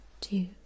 two